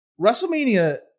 WrestleMania